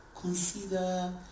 consider